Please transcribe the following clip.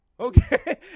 Okay